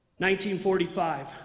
1945